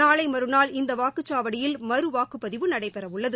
நாளை மறுநாள் இந்த வாக்குச்சாவடியில் மறுவாக்குப்பதிவு நடைபெற உள்ளது